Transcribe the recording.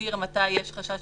להגדיר מתי יש חשש